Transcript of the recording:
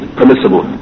permissible